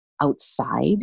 outside